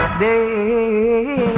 da